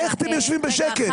איך אתם יושבים בשקט?